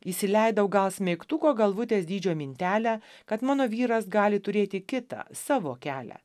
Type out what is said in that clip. įsileidau gal smeigtuko galvutės dydžio mintelę kad mano vyras gali turėti kitą savo kelią